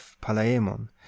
Palaemon